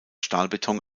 stahlbeton